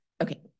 Okay